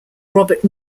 robert